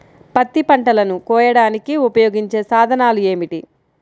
పత్తి పంటలను కోయడానికి ఉపయోగించే సాధనాలు ఏమిటీ?